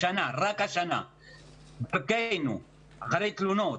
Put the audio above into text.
רק השנה --- אחרי תלונות,